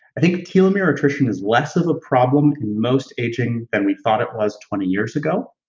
i think telomere attrition is less of a problem in most aging than we thought it was twenty years ago,